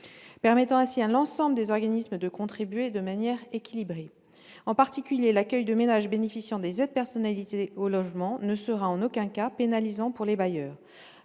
permettra ainsi à l'ensemble des organismes de contribuer de manière équilibrée. En particulier, l'accueil de ménages bénéficiant des aides personnalisées au logement ne sera en aucun cas pénalisant pour les bailleurs.